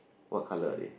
what colour are they